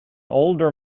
older